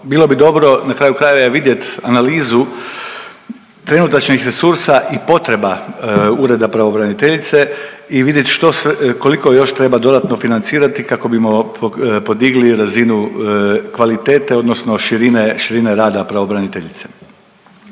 Bilo bi dobro na kraju krajeva vidjet analizu trenutačnih resursa i potreba Ureda pravobraniteljice i vidjet što sve, koliko još treba dodatno financirati kako bismo podigli razinu kvalitete odnosno širine rada pravobraniteljice.